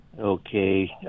Okay